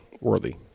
worthy